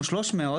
או 300,